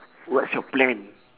what's your plan